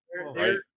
right